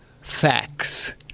facts